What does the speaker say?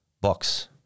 box